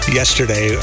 yesterday